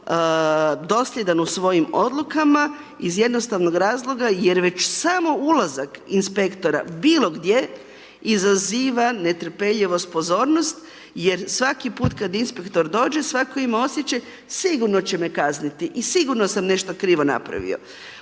dosljedan u svojim odlukama iz jednostavnog razloga jer već samo ulazak inspektora bilo gdje izaziva netrpeljivost, pozornost jer svaki put kad inspektor dođe svatko ima osjećaj sigurno će me kazniti i sigurno sam nešto krivo napravio.